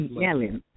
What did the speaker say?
yelling